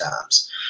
times